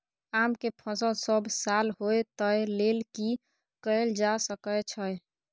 आम के फसल सब साल होय तै लेल की कैल जा सकै छै?